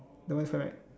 don't want friend right